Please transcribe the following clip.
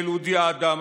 אודי אדם,